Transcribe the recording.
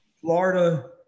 Florida